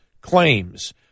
claims